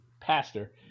pastor